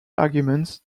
argument